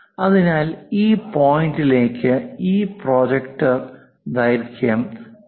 അതിനാൽ ഈ പോയിന്റിലേക്ക് ഈ പ്രൊജക്ടർ ദൈർഘ്യം 0